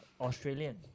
Australian